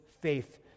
Faith